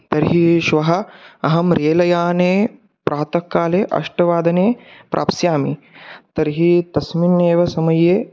तर्हि श्वः अहं रेल याने प्रातःकाले अष्टवादने प्राप्स्यामि तर्हि तस्मिन्नेव समये